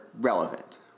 relevant